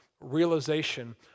Realization